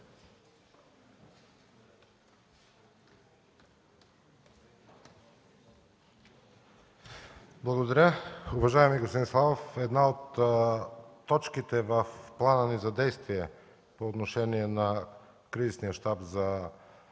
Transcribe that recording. Благодаря. Уважаеми господин Славов, една от точките в плана ни за действие по отношение на Кризисния щаб за